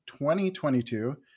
2022